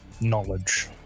knowledge